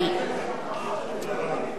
הצעת סיעת קדימה להביע אי-אמון בממשלה לא נתקבלה.